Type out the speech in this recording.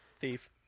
Thief